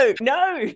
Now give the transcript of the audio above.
No